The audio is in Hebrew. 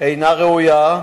הינה ראויה,